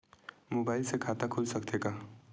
Mobile से खाता खुल सकथे का?